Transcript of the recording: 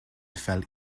fel